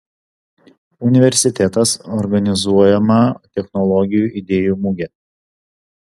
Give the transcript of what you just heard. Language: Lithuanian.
universitetas organizuojama technologijų idėjų mugė